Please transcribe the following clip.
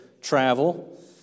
travel